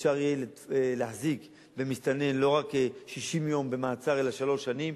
שאפשר יהיה להחזיק במסתנן לא רק 60 יום במעצר אלא שלוש שנים,